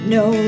no